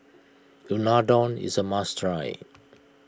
Unadon is a must try